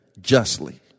justly